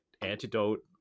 antidote